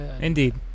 Indeed